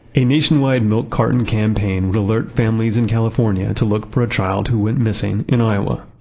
a nationwide milk carton campaign would alert families in california to look for a child who went missing in iowa.